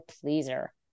pleaser